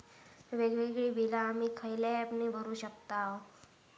वेगवेगळी बिला आम्ही खयल्या ऍपने भरू शकताव?